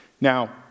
Now